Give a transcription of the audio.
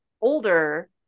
older